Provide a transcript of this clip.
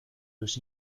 los